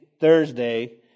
Thursday